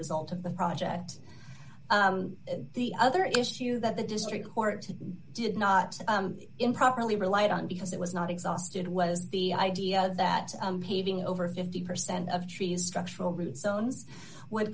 result of the project the other issue that the district court today did not improperly relied on because it was not exhausted was the idea that paving over fifty percent of trees structural root zones w